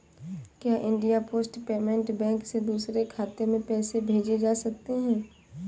क्या India post payment bank से दूसरे खाते में पैसे भेजे जा सकते हैं?